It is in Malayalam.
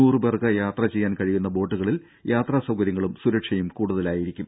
നൂറ് പേർക്ക് യാത്ര ചെയ്യാൻ കഴിയുന്ന ബോട്ടുകളിൽ യാത്രാ സൌകര്യങ്ങളും സുരക്ഷയും കൂടുതലായിരിക്കും